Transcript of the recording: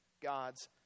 God's